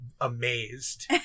amazed